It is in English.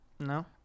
No